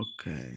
Okay